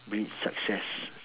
breed success